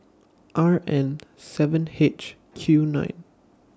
R N seven H Q nine